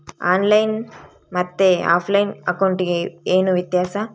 On line ಮತ್ತೆ offline ಅಕೌಂಟಿಗೆ ಏನು ವ್ಯತ್ಯಾಸ?